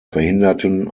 verhinderten